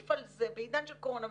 להוסיף על זה בעידן של קורונה,